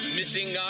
missing